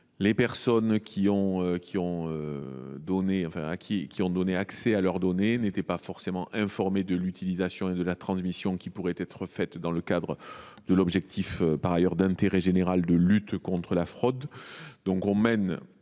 les personnes qui ont donné accès à leurs données n’étaient pas forcément informées de l’utilisation et de la transmission qui pourraient en être faites dans le cadre de l’objectif, par ailleurs d’intérêt général, de lutte contre la fraude.